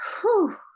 whew